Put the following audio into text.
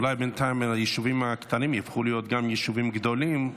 אולי בינתיים היישובים הקטנים יהפכו ממילא להיות יישובים גדולים,